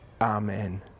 Amen